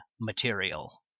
material